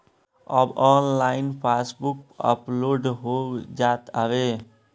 अब online passbook update हो जात हवे